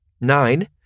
Nine